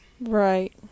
right